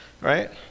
right